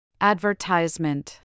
Advertisement